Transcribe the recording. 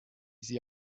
sie